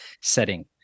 setting